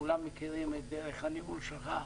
וכולם מכירים את דרך הניהול שלך,